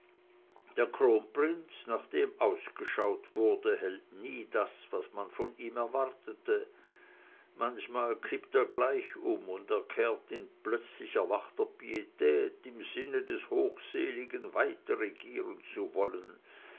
der kronprinz nach dem ausgeschaut wurde hält nie das was man von ihm erwartete manchmal kippt er gleich um und erklärt in plötzlich erwachter pietät im sinne des hochseligen weiterregieren zu wollen